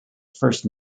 first